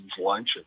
lunch